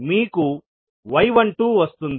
మీకు y 12 వస్తుంది